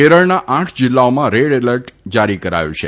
કેરળના આઠ જીલ્લાઓમાં રેડ એલર્ટ જારી કરાયું છે